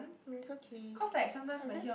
it's okay I just